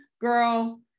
girl